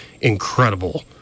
incredible